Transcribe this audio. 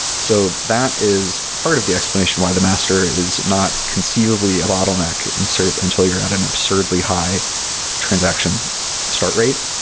so, that is part of the explanation why the master is not conceivably a bottleneck and until you're at an absurdly high transaction start rate.